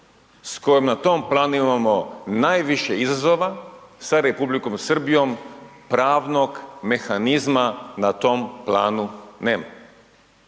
s kojom na tom planu imamo najviše izazova, sa Republikom Srbijom, pravnog mehanizma na tom planu nema.